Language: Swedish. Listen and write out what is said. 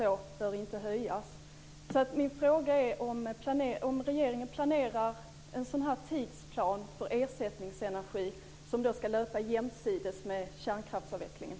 Vi bör inte heller höja elpriset. Min fråga är om regeringen planerar en tidsplan för ersättningsenergi som ska löpa jämsides med kärnkraftsavvecklingen.